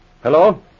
Hello